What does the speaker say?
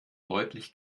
deutlich